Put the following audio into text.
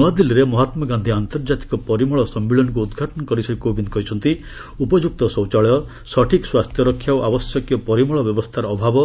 ନୂଆଦିଲ୍ଲୀରେ ମହାତ୍ମାଗାନ୍ଧୀ ଆର୍ଡ୍ଡଜାତିକ ପରିମଳ ସମ୍ମିଳନୀକୁ ଉଦ୍ଘାଟନ କରି ଶ୍ରୀ କୋବିନ୍ଦ କହିଛନ୍ତି ଉପଯୁକ୍ତ ଶୌଚାଳୟ ସଠିକ ସ୍ୱାସ୍ଥ୍ୟରକ୍ଷା ଓ ଆବଶ୍ୟକୀୟ ପରିମଳ ବ୍ୟବସ୍ଥାର ଅଭାବ